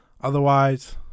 Otherwise